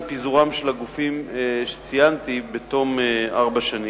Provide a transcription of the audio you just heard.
פיזורם של הגופים שציינתי בתום ארבע שנים.